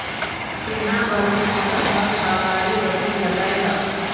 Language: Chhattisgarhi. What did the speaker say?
तेंहा घलोक सोचत हस का बाड़ी बखरी लगाए ला?